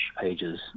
pages